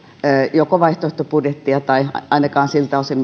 joko vaihtoehtobudjettia tai ainakaan siltä osin